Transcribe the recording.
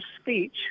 speech